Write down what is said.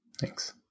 Thanks